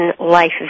Life